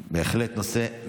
נתקבלה.